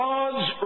God's